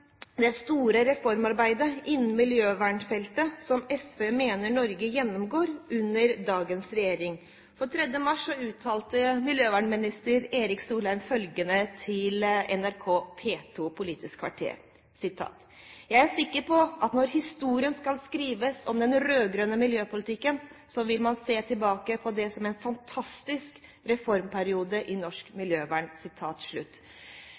det store reformarbeidet innen miljøvernfeltet som SV mener Norge gjennomgår under dagens regjering. For 3. mars i år uttalte miljøvernminister Erik Solheim følgende til NRK P2, Politisk kvarter: Jeg er sikker på at når historien skal skrives om den rød-grønne miljøpolitikken, vil man se tilbake på det som en fantastisk reformperiode i norsk